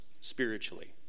spiritually